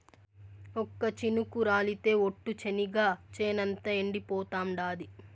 ఒక్క చినుకు రాలితె ఒట్టు, చెనిగ చేనంతా ఎండిపోతాండాది